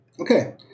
Okay